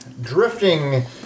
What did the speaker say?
drifting